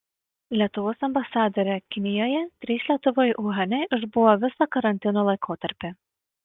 lietuvos ambasadorė kinijoje trys lietuviai uhane išbuvo visą karantino laikotarpį